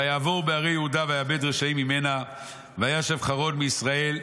ויעבור בהרי יהודה ויאבד רשעים ממנה וישב חרון בישראל.